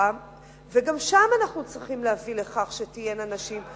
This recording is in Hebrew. וגם שם אנחנו צריכים להביא לכך שתהיינה נשים,